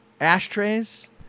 ashtrays